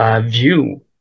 view